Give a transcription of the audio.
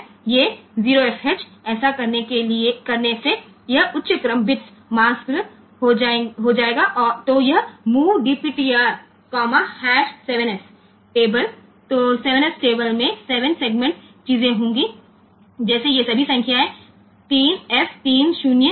તેથી તે અહીં 0fh કરવાથી કરવામાં આવે છે અને આ ઉચ્ચ ક્રમના બિટ્સ ને ઢાંકી દેવામાં આવશે અને પછી આ મુવ DPTR અલ્પવિરામ હેશ 7s ટેબલ માં 7 સેગમેન્ટ ની વસ્તુઓ હશે જેમ કે આ બધા નંબરો 3 f 3 0 5 b છે